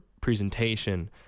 presentation